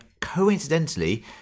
coincidentally